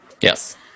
Yes